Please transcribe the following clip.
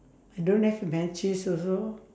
I don't have matches also